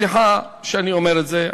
סליחה שאני אומר את זה,